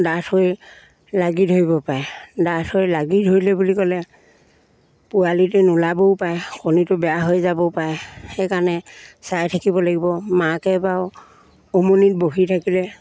ডাঠ হৈ লাগি ধৰিব পাৰে ডাঠ হৈ লাগি ধৰিলে বুলি ক'লে পোৱালিতো নোলাবও পাৰে কণীটো বেয়া হৈ যাবও পাৰে সেইকাৰণে চাই থাকিব লাগিব মাকে বাৰু উমনিত বহি থাকিলে